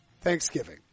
Thanksgiving